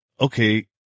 okay